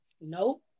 Nope